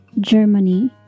Germany